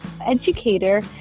educator